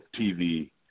TV